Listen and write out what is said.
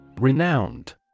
Renowned